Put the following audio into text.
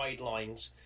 guidelines